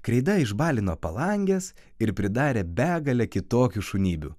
kreida išbalino palanges ir pridarė begalę kitokių šunybių